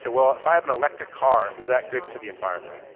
so well, if i have an electric car, is that good for the environment?